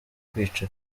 kwica